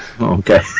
Okay